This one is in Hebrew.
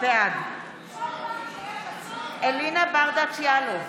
בעד אלינה ברדץ' יאלוב,